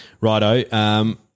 Righto